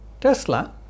Tesla